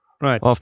Right